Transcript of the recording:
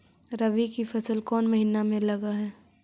रबी की फसल कोन महिना में लग है?